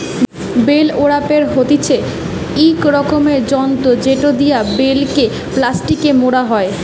bell ওরাপের হতিছে ইক রকমের যন্ত্র জেটো দিয়া বেল কে প্লাস্টিকে মোড়া হই